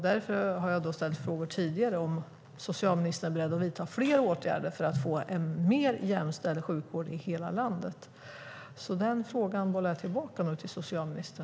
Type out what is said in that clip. Därför har jag tidigare frågat om socialministern är beredd att vidta fler åtgärder för att få en mer jämställd sjukvård i hela landet. Den frågan bollar jag nu tillbaka till socialministern.